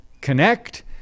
connect